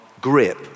grip